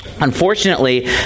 Unfortunately